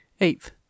Eighth